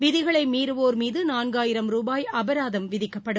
விதிகளை மீறுவோர் மீது நான்காயிரம் ரூபாய் அபராதம் விதிக்கப்படும்